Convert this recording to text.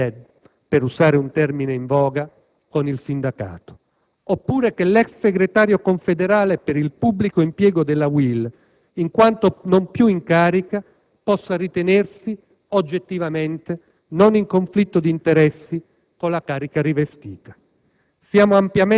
*embedded* (per usare un termine in voga) con il sindacato, oppure che l'ex segretario confederale per il pubblico impiego della UIL, in quanto non più in carica, possa ritenersi, oggettivamente, non in conflitto di interessi con la carica rivestita.